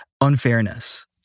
unfairness